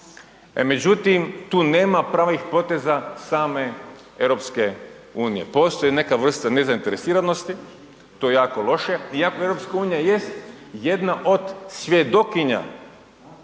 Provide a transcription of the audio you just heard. međutim tu nema pravih poteza same EU. Postoji neka vrsta nezainteresiranosti i to je jako loše, iako EU jest jedna od svjedokinja